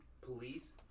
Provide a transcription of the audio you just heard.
Police